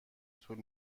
طول